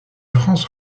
france